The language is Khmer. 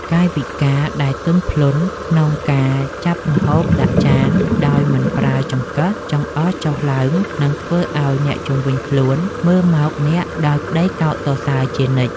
កាយវិការដែលទន់ភ្លន់ក្នុងការចាប់ម្ហូបដាក់ចានដោយមិនប្រើចង្កឹះចង្អុលចុះឡើងនឹងធ្វើឱ្យអ្នកជុំវិញខ្លួនមើលមកអ្នកដោយក្តីកោតសរសើរជានិច្ច។